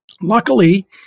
luckily